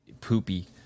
poopy